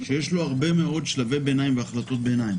שיש לו הרבה מאוד שלבי ביניים והחלטות ביניים